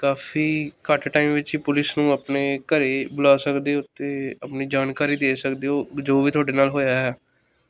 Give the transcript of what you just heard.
ਕਾਫੀ ਘੱਟ ਟਾਈਮ ਵਿੱਚ ਹੀ ਪੁਲਿਸ ਨੂੰ ਆਪਣੇ ਘਰ ਬੁਲਾ ਸਕਦੇ ਹੋ ਅਤੇ ਆਪਣੀ ਜਾਣਕਾਰੀ ਦੇ ਸਕਦੇ ਹੋ ਜੋ ਵੀ ਤੁਹਾਡੇ ਨਾਲ ਹੋਇਆ ਹੈੈ